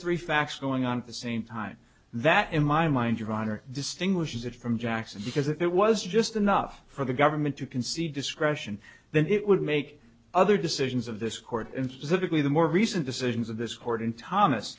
three facts going on at the same time that in my mind your honor distinguishes it from jackson because if it was just enough for the government to concede discretion then it would make other decisions of this court and specifically the more recent decisions of this court in thomas